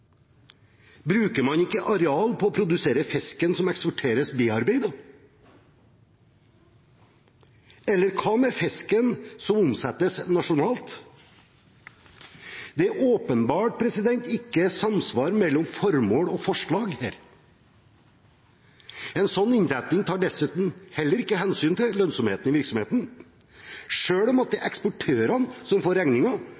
Bruker man ikke areal på å produsere fisken som eksporteres bearbeidet? Eller hva med fisken som omsettes nasjonalt? Det er åpenbart ikke samsvar mellom formål og forslag her. En sånn innretning tar dessuten heller ikke hensyn til lønnsomheten i virksomheten. Selv om det